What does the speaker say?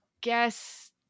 guess